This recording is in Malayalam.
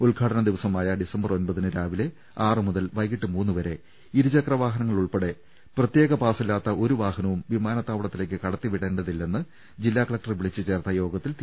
ഉദ്ഘാടന ദിവസമായ ഡിസംബർ ഒൻപതിന് രാവിലെ ആറ് മുതൽ വൈകീട്ട് മൂന്ന് വരെ ഇരുചക്ര വാഹനങ്ങ ളുൾപ്പെടെ പ്രത്യേക പാസില്ലാത്ത ഒരു വാഹനവും വിമാനത്താവളത്തിലേക്ക് കടത്തിവിടേണ്ടതില്ലെന്ന് ജില്ലാകലക്ടർ വിളിച്ചുചേർത്ത യോഗത്തിൽ തീരുമാ നമായി